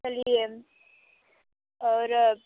चलिए और